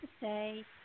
say